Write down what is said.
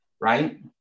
right